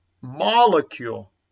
molecule